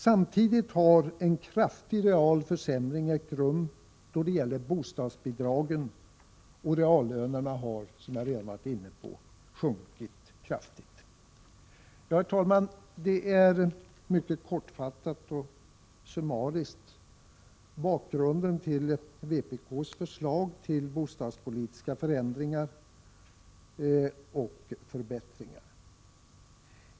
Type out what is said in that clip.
Samtidigt har en kraftig real försämring ägt rum då det gäller bostadsbidragen, och reallönerna har, som jag redan har varit inne på, sjunkit kraftigt. Herr talman! Det här är mycket kortfattat och summariskt bakgrunden till vpk:s förslag till bostadspolitiska förändringar och förbättringar.